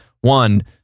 One